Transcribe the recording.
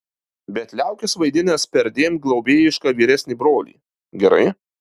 bet liaukis vaidinęs perdėm globėjišką vyresnį brolį gerai